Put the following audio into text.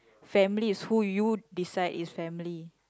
family is who you decide is family